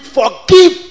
forgive